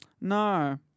No